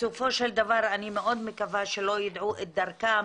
בסופו של דבר אני מאוד מקווה שלא ימצאו את דרכם